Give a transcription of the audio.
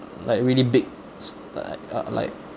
like really big s~ like uh like